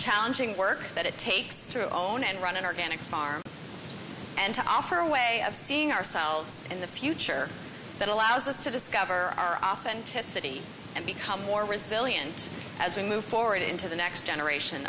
challenging work that it takes to own and run an organic farm and to offer a way of seeing ourselves in the future that allows us to discover our authenticity and become more resilient as we move forward into the next generation